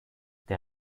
der